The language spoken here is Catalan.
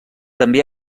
també